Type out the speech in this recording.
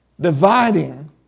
dividing